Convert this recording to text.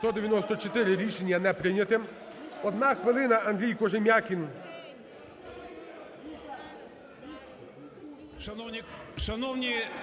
За-194 Рішення не прийнято. Одна хвилина, Андрій Кожем'якін.